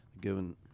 given